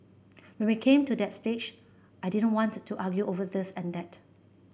when we came to that stage I didn't want to argue over this and that